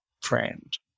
friend